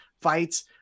fights